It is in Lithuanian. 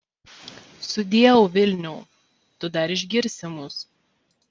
sudieu vilniau tu dar išgirsi mus